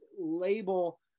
label